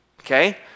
okay